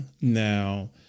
Now